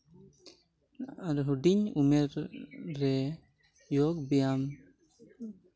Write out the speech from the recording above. ᱟᱨ ᱦᱩᱰᱤᱧ ᱩᱢᱮᱨ ᱨᱮ ᱡᱳᱜᱽ ᱵᱮᱭᱟᱢ